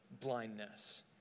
blindness